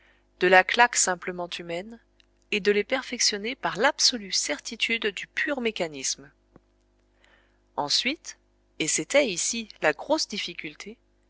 de la claque simplement humaine et de les perfectionner par l'absolue certitude du pur mécanisme ensuite et c'était ici la grosse difficulté